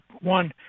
One